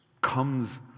comes